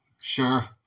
Sure